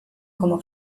como